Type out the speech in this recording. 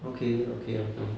okay okay okay